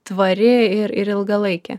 tvari ir ir ilgalaikė